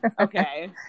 Okay